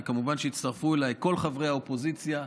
וכמובן שהצטרפו אליי כל חברי האופוזיציה,